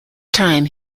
time